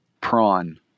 Prawn